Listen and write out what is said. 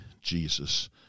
Jesus